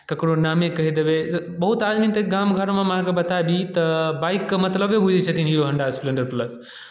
ककरो नामे कहि देबै बहुत आदमी तऽ गाम घरमे अहाँकेँ बता दी तऽ बाइकके मतलबे बुझै छथिन हीरो होंडा स्प्लेंडर प्लस